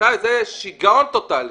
בכלל זה שיגעון טוטלי.